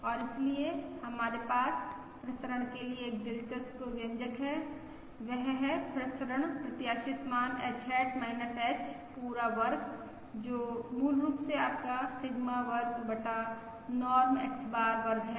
और इसलिए हमारे पास प्रसरण के लिए एक दिलचस्प व्यंजक है वह है प्रसरण प्रत्याशित मान H हैट h पूरा वर्ग जो मूल रूप से आपका सिग्मा वर्ग बटा नॉर्म X बार वर्ग है